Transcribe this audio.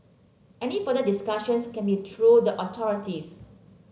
any further discussions can be through the authorities